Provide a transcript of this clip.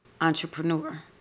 entrepreneur